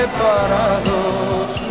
Separados